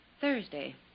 Thursday